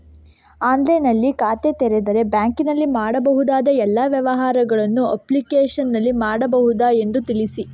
ಆನ್ಲೈನ್ನಲ್ಲಿ ಖಾತೆ ತೆರೆದರೆ ಬ್ಯಾಂಕಿನಲ್ಲಿ ಮಾಡಬಹುದಾ ಎಲ್ಲ ವ್ಯವಹಾರಗಳನ್ನು ಅಪ್ಲಿಕೇಶನ್ನಲ್ಲಿ ಮಾಡಬಹುದಾ ಎಂದು ತಿಳಿಸಿ?